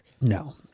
No